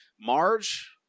Marge